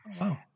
Wow